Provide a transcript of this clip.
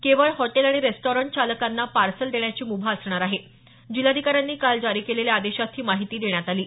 केवळ हॉटेल आणि रेस्टॉरंट चालकांना पार्सल देण्याची म्भा असणार आहे असं जिल्हाधिकाऱ्यांनी काल जारी केलेल्या आदेशात म्हटलं आहे